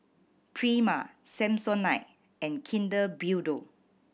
Prima Samsonite and Kinder Bueno